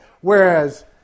whereas